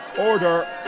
Order